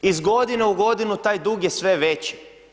Iz godine u godinu taj dug je sve veći.